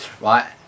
right